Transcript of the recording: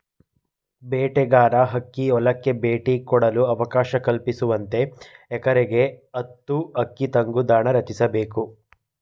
ಬೇಟೆಗಾರ ಹಕ್ಕಿ ಹೊಲಕ್ಕೆ ಭೇಟಿ ಕೊಡಲು ಅವಕಾಶ ಕಲ್ಪಿಸುವಂತೆ ಎಕರೆಗೆ ಹತ್ತು ಹಕ್ಕಿ ತಂಗುದಾಣ ರಚಿಸ್ಬೇಕು